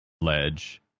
ledge